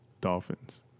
Dolphins